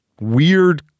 weird